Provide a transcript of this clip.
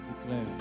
declare